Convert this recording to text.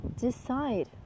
decide